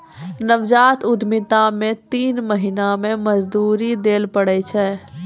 नवजात उद्यमिता मे तीन महीना मे मजदूरी दैल पड़ै छै